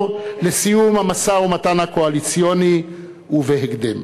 לסיום המשא-ומתן הקואליציוני בהקדם.